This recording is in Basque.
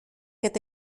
eta